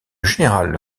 general